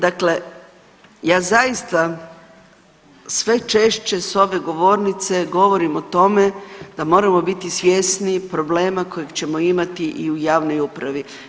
Dakle, ja zaista sve češće s ove govornice govorim o tome da moramo biti svjesni problema kojeg ćemo imati i u javnoj upravi.